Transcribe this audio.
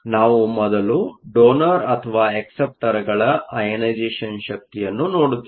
ನಾವು ಮೊದಲು ಡೋನರ್ ಅಥವಾ ಅಕ್ಸೆಪ್ಟರ್ಗಳ ಅಯನೈಸೇಷ಼ನ್ಶಕ್ತಿಯನ್ನು ನೋಡುತ್ತಿದ್ದೆವು